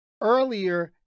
earlier